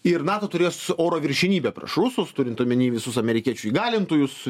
ir nato turės oro viršenybę prieš rusus turint omenyje visus amerikiečių įgalintojus